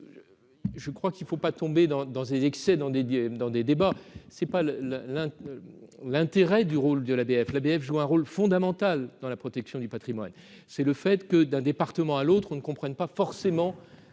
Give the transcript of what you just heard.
je crois qu'il ne faut pas tomber dans dans ces excès dans des dans des débats, c'est pas le le le l'intérêt du rôle de la BF la ABF joue un rôle fondamental dans la protection du Patrimoine, c'est le fait que d'un département à l'autre, on ne comprennent pas forcément